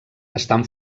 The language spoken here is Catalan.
estan